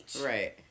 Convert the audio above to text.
Right